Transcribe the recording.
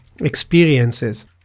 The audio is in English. experiences